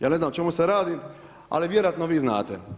Ja ne znam o čemu se radi, ali vjerojatno vi znate.